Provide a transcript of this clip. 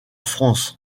france